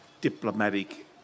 diplomatic